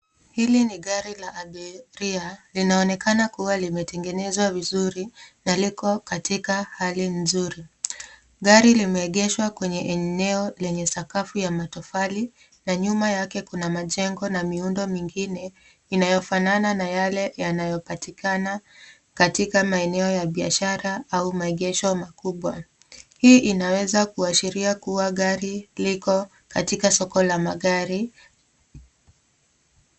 Hili ni gari la abiria, linaonekana kuwa limetengenezwa vizuri, na liko katika hali nzuri. Gari limeegeshwa kwenye eneo lenye sakafu ya matofali, na nyuma yake kuna majengo na miundo mingine inayofanana na yale yanayopatikana katika maeneo ya biashara au maegesho makubwa. Hii inaweza kuashiria kuwa gari liko katika soko la magari.